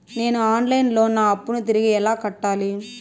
నేను online లో నా అప్పును తిరిగి ఎలా కట్టాలి?